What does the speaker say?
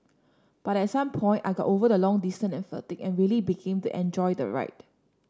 but at some point I got over the long distance and fatigue and really began to enjoy the ride